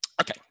Okay